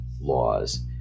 laws